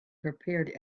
prepared